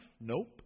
Nope